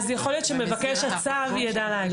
יכול להיות שמבקש הצו יידע להגיד.